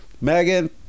Megan